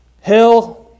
Hell